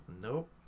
Nope